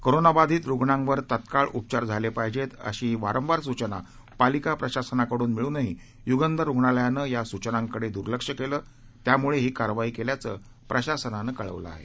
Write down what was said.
कोरोनाबाधित रुग्णांवर तात्काळ उपचार झाले पाहिजे अशी वारंवार सूचना पालिका प्रशासनाकडून मिळूनही य्गंधर रुग्णालयानं या सूचनांकडे दुर्लक्ष केलं त्यामुळे ही कारवाई केल्याचं प्रशासनानं कळवलं आहे